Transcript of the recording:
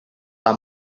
are